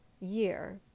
year